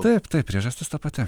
taip taip priežastis ta pati